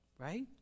Right